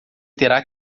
terá